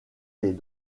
les